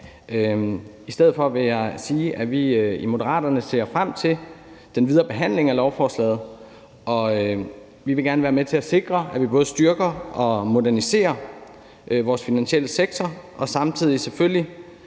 I stedet for vil jeg sige, at vi i Moderaterne ser frem til den videre behandling af lovforslaget, og at vi gerne vil være med til at sikre, at vi både styrker og moderniserer vores finansielle sektor, og at forbrugernes